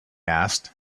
asked